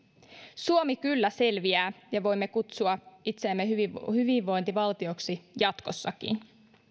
suomi kyllä selviää ja voimme kutsua itseämme hyvinvointivaltioksi jatkossakin